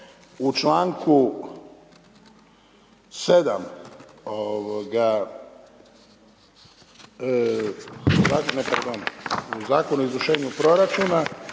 pardon, u Zakonu o izvršenju proračuna